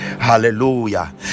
hallelujah